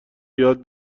یاد